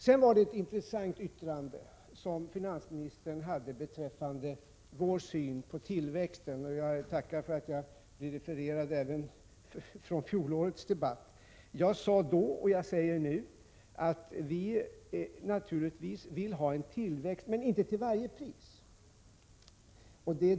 Sedan var det ett intressant yttrande som finansministern gjorde beträffande vår syn på tillväxten. Jag tackar för att jag blir refererad även från fjolårets debatt. Jag sade då och säger nu att vi naturligtvis vill ha en tillväxt — men inte till varje pris.